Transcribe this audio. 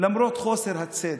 חוסר הצדק,